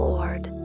Lord